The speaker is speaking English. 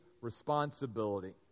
responsibility